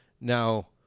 Now